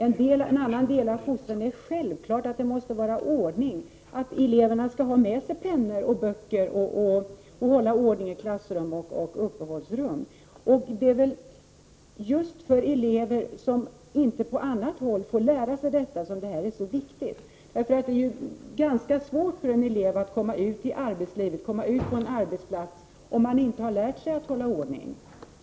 En annan del av fostran är självfallet att det måste vara ordning, att eleverna skall ha med sig pennor och böcker, hålla ordning i klassrum och uppehållsrum. Just för elever som inte på annat håll får lära sig sådant är detta viktigt. Det är ganska svårt för en elev att komma ut på en arbetsplats om han eller hon inte har lärt sig att hålla ordning.